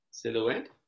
Silhouette